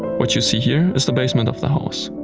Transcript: what you see here is the basement of the house.